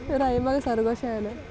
राजमांहे गै सारे कोला शैल ऐ